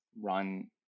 run